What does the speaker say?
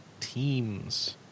teams